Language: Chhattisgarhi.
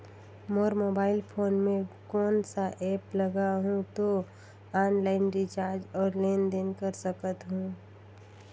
मोर मोबाइल फोन मे कोन सा एप्प लगा हूं तो ऑनलाइन रिचार्ज और लेन देन कर सकत हू?